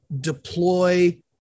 deploy